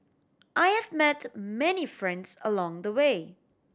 I have met many friends along the way